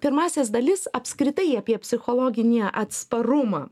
pirmąsias dalis apskritai apie psichologinį atsparumą